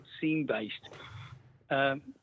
scene-based